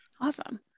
Awesome